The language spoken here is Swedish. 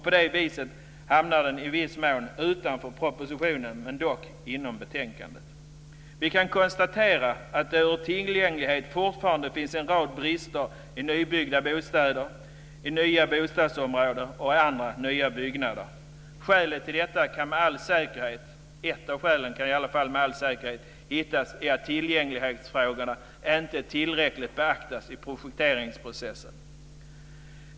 På det viset hamnar den i viss mån utanför propositionen men dock inom betänkandet. Vi kan konstatera att det när det gäller tillgänglighet fortfarande finns en rad brister i nybyggda bostäder, i nya bostadsområden och i andra nya byggnader. Ett av skälen kan med all säkerhet hittas i att tillgänglighetsfrågorna inte tillräckligt beaktas i projekteringsprocessen.